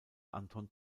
anton